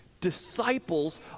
disciples